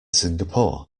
singapore